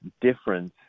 difference